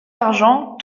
argent